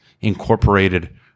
incorporated